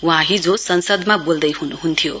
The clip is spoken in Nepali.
वहाँ हिजो संसदमा बोल्दैहनु हुन्थ्यो